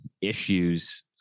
issues